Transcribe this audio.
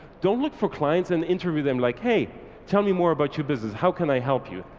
don't look for clients and interview them like, hey tell me more about your business. how can i help you?